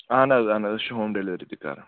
اَہَن حظ اَہن حظ أسۍ چھِ ہوم ڈیلؤری تہِ کَران